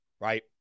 right